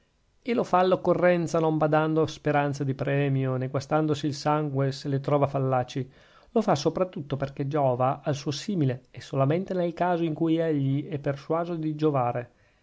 e lo fa all'occorrenza non badando a speranze di premio nè guastandosi il sangue se le trova fallaci lo fa sopratutto perchè giova al suo simile e solamente nel caso in cui egli è persuaso di giovare